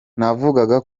navugaga